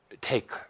take